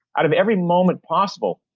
out of every moment possible.